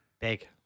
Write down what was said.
big